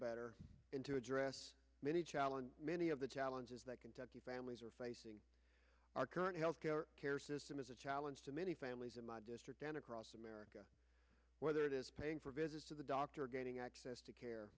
better in to address many challenges many of the challenges that kentucky families are facing our current health care system is a challenge to many families in my district and across america whether it is paying for visits to the doctor getting access to care